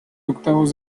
octavos